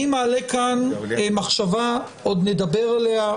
אני מעלה כאן מחשבה, שעוד נדבר עליה,